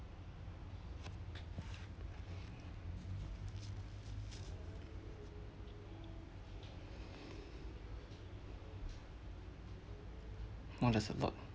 !wah! that's a lot